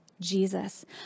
Jesus